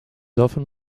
often